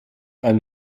ein